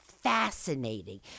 fascinating